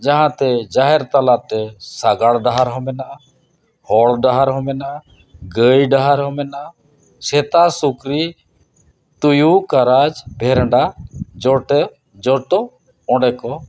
ᱡᱟᱦᱟᱸ ᱛᱮ ᱡᱟᱦᱮᱨ ᱛᱟᱞᱟᱛᱮ ᱥᱟᱸᱜᱟᱲ ᱰᱟᱦᱟᱨ ᱦᱚᱸ ᱢᱮᱱᱟᱜᱼᱟ ᱦᱚᱲ ᱰᱟᱦᱟᱨ ᱦᱚᱸ ᱢᱮᱱᱟᱜᱼᱟ ᱜᱟᱹᱭ ᱰᱟᱦᱟᱨ ᱦᱚᱸ ᱢᱮᱱᱟᱜᱼᱟ ᱥᱮᱛᱟ ᱥᱩᱠᱨᱤ ᱛᱩᱭᱩ ᱠᱟᱨᱟᱡᱽ ᱵᱷᱮᱰᱟ ᱡᱚᱴᱮ ᱡᱚᱛᱚ ᱚᱸᱰᱮ ᱠᱚ